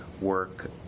work